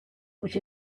which